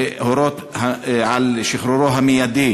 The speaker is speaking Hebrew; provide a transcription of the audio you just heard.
אנחנו מבקשים להורות על שחרורו המיידי